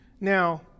Now